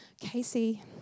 Casey